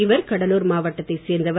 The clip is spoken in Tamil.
இவர் கடலூர் மாவட்டத்தை சேர்ந்தவர்